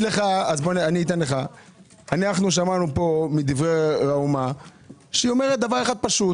שמענו פה מראומה שאומרת דבר פשוט